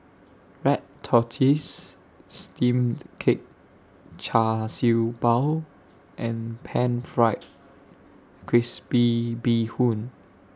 Red Tortoise Steamed Cake Char Siew Bao and Pan Fried Crispy Bee Hoon